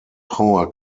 power